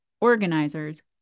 organizers